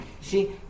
See